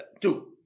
two